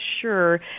sure